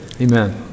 Amen